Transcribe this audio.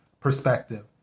perspective